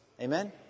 Amen